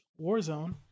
Warzone